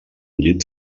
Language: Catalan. llit